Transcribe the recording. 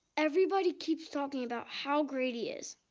everybody keeps talking about how great he is,